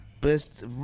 best